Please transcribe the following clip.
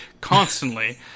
Constantly